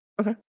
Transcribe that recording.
Okay